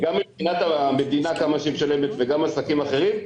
מבחינת כמה שהמדינה משלמת וגם עסקים אחרים,